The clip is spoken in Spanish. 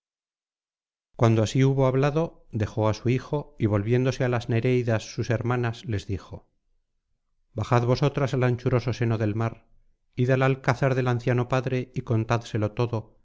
cuando así hubo hablado dejó á su hijo y volviéndose á las nereidas sus hermanas les dijo bajad vosotras al anchuroso seno del mar id al alcázar del anciano padre y contádselo todo